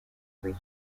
three